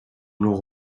nord